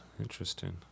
Interesting